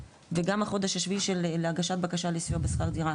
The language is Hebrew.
וגם החודש השביעי להגשת בקשה לסיוע בשכר דירה,